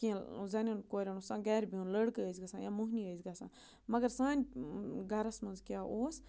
کیٚنٛہہ زَنٮ۪ن کورٮ۪ن اوس آسان گَرِ بِہُن لٔڑکہٕ ٲسۍ گژھان یا موٚہنی ٲسۍ گژھان مگر سانہِ گَرَس منٛز کیٛاہ اوس